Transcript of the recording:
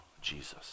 Jesus